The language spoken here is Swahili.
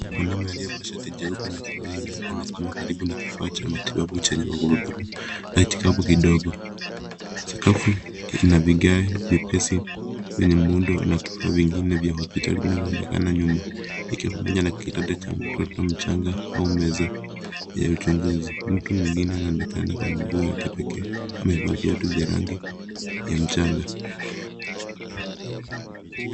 Mwanaume aliyeva shati jeupe na suruali nyeupe anasimama karibu na kifaa cha matibabu chenye magurudumu na hitikapo kidogo. Sakafu ina vigae vyepesi vyenye muundo na vifaa vingine vya hospitali vinaonekana nyuma ikiwa pamoja na kitanda cha mtoto mchanga au meza ya uchunguzi. Mtu mwingine anaonekana kwa miguu yake pekee amevaa viatu vya rangi ya mchanga.